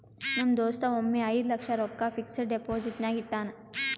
ನಮ್ ದೋಸ್ತ ಒಮ್ಮೆ ಐಯ್ದ ಲಕ್ಷ ರೊಕ್ಕಾ ಫಿಕ್ಸಡ್ ಡೆಪೋಸಿಟ್ನಾಗ್ ಇಟ್ಟಾನ್